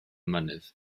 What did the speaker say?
mynydd